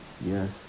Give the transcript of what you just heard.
Yes